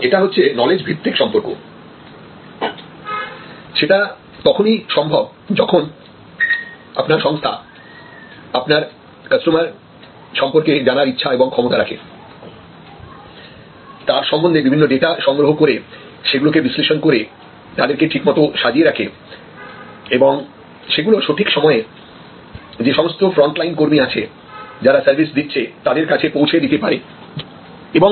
সুতরাং এটা হচ্ছে নলেজ ভিত্তিক সম্পর্ক যেটা তখনই সম্ভব যখন আপনার সংস্থা আপনার কাস্টমার সম্পর্কে জানার ইচ্ছা এবং ক্ষমতা রাখে তার সম্বন্ধে বিভিন্ন ডেটা সংগ্রহ করে সেগুলো কে বিশ্লেষণ করে তাদেরকে ঠিকমতো সাজিয়ে রাখে এবং সেগুলো সঠিক সময়ে যে সমস্ত ফ্রন্টলাইন কর্মী আছে যারা সার্ভিস দিচ্ছে তাদের কাছে পৌঁছে দিতে পারে